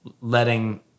letting